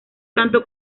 tanto